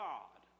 God